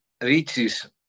reaches